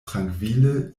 trankvile